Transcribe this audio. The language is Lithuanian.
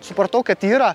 supratau kad yra